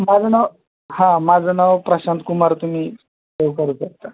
माझं नाव हां माझं नाव प्रशांत कुमार तुम्ही सेव करू शकता